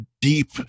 deep